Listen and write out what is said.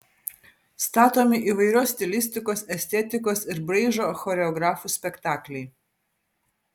statomi įvairios stilistikos estetikos ir braižo choreografų spektakliai